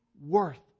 worth